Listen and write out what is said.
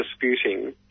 disputing